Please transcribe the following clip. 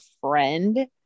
friend